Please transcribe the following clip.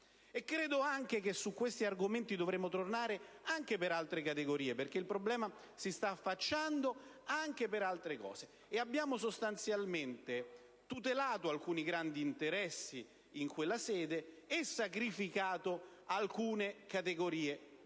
credo che su questi argomenti dovremo tornare anche per altre categorie, perché il problema si sta affacciando anche per altri. Abbiamo tutelato alcuni grandi interessi in quella sede e sacrificato alcune categorie